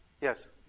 Yes